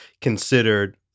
considered